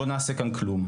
לא נעשה כאן כלום.